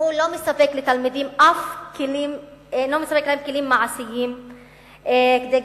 הוא לא מספק לתלמידים כלים מעשיים גם